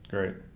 Great